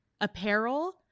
apparel